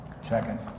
second